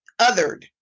othered